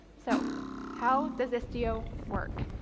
so how does istio work?